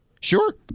sure